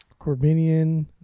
Corbinian